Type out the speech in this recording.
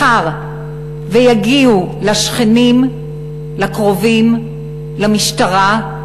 מחר, ויגיעו לשכנים, לקרובים, למשטרה,